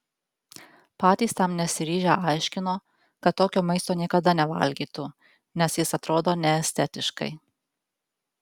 patys tam nesiryžę aiškino kad tokio maisto niekada nevalgytų nes jis atrodo neestetiškai